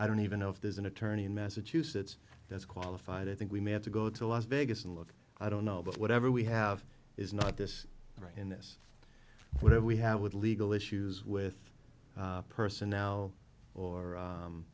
i don't even know if there's an attorney in massachusetts that's qualified i think we may have to go to las vegas and look i don't know but whatever we have is not this right in this what we have would legal issues with a person now or